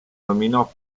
nominò